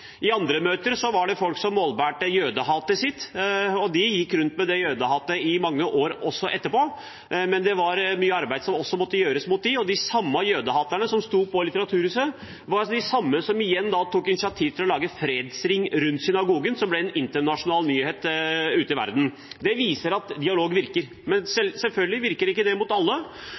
I andre møter var det folk som målbar jødehatet sitt, og de gikk rundt med det jødehatet også i mange år etterpå. Det var mye arbeid som måtte gjøres mot dem, og de jødehaterne som sto på Litteraturhuset, var de samme som tok initiativ til å lage fredsring rundt synagogen, noe som ble en internasjonal nyhet ute i verden. Det viser at dialog virker. Men selvfølgelig virker det ikke mot alle.